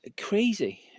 crazy